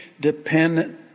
dependent